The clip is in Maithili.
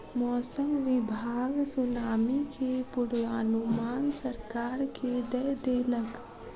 मौसम विभाग सुनामी के पूर्वानुमान सरकार के दय देलक